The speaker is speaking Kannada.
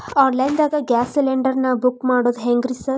ಆನ್ಲೈನ್ ನಾಗ ಗ್ಯಾಸ್ ಸಿಲಿಂಡರ್ ನಾ ಬುಕ್ ಮಾಡೋದ್ ಹೆಂಗ್ರಿ ಸಾರ್?